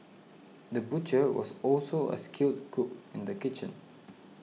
the butcher was also a skilled cook in the kitchen